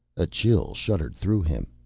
a chill shuddered through him.